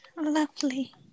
Lovely